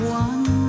one